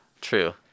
true